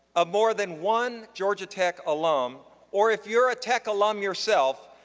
ah more than one georgia tech alum or if you're a tech alum yourself,